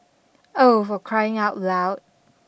oh for crying out loud